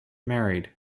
married